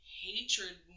hatred